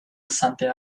something